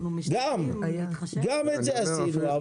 גם את זה עשינו.